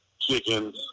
chickens